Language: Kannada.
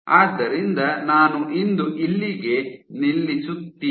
ಆದ್ದರಿಂದ ನಾನು ಇಂದು ಇಲ್ಲಿಗೆ ನಿಲ್ಲಿಸುತ್ತೀನಿ